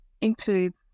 includes